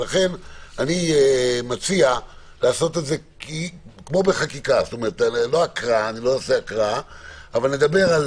לכן אני מציע לעשות את זה נדבר על